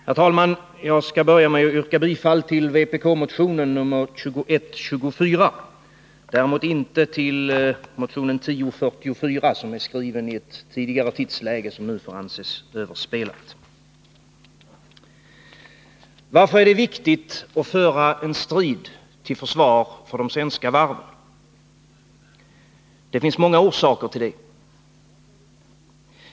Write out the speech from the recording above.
Herr talman! Jag skall börja med att yrka bifall till vpk-motionen 2124 — däremot inte till motionen 1044, som är skriven i ett tidigare tidsläge som nu får anses överspelat. Varför är det viktigt att föra en strid till försvar för de svenska varven? Det finns många orsaker härtill.